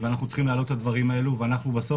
אנחנו צריכים לעלות את הדברים האלו ואנחנו בסוף